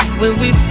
when we